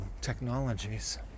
technologies